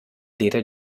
d’eira